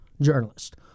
journalist